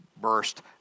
burst